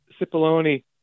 Cipollone